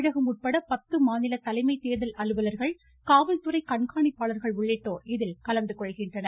தமிழகம் உட்பட பத்து மாநில தலைமை தேர்தல் அலுவலர்கள் காவல்துறை கண்காணிப்பாளர்கள் உள்ளிட்டோர் இதில் கலந்துகொள்கின்றனர்